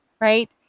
right